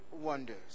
wonders